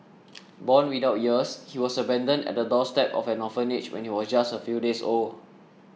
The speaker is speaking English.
born without ears he was abandoned at the doorstep of an orphanage when he was just a few days old